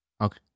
Okay